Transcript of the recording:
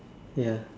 ya